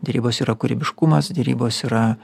derybos yra kūrybiškumas derybos yra